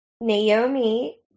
Naomi